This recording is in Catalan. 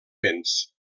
béns